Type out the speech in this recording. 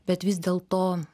bet vis dėl to